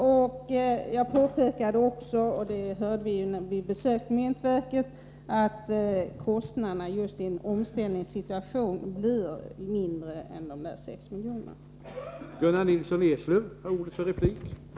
Som jag påpekade framkom det dessutom vid besöket på myntverket att kostnaderna för en förlängning av omställningstiden blir mindre än 6 milj.kr.